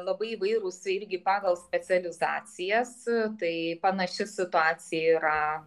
labai įvairūs irgi pagal specializacijas tai panaši situacija yra